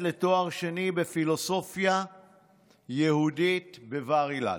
לתואר שני בפילוסופיה יהודית בבר-אילן: